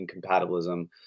incompatibilism